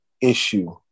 issue